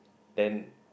then